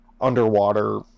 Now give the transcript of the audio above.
underwater